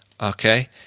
okay